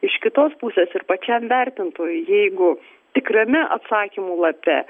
iš kitos pusės ir pačiam vertintojui jeigu tikrame atsakymų lape